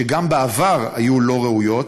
שגם בעבר היו לא ראויות,